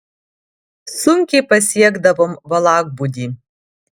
sunkiai pasiekdavom valakbūdį